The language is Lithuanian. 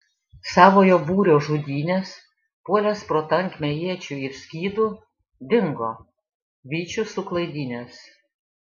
savojo būrio žudynes puolęs pro tankmę iečių ir skydų dingo vyčius suklaidinęs